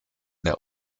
der